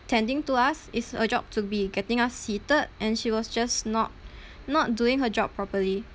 tending to us it's a job to be getting us seated and she was just not not doing her job properly